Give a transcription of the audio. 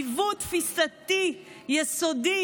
עיוות תפיסתי יסודי